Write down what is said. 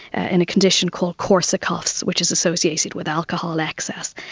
in a condition called korsakoff's, which is associated with alcohol excess.